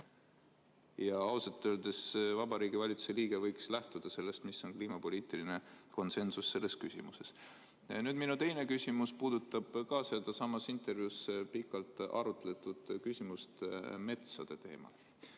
Ja ausalt öeldes Vabariigi Valitsuse liige võiks lähtuda sellest, mis on kliimapoliitiline konsensus selles küsimuses. Nüüd, minu teine küsimus puudutab sellessamas intervjuus pikalt arutletud küsimust metsade teemal.